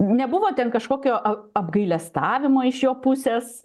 nebuvo ten kažkokio a apgailestavimo iš jo pusės